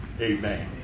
Amen